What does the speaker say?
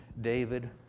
David